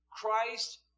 Christ